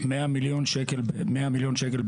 100 מיליון שקל בחודש.